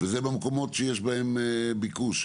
וזה במקומות שיש בהם ביקוש.